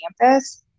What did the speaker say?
campus